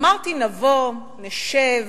אמרתי: נבוא, נשב,